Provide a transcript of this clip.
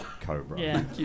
Cobra